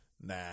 nah